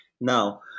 Now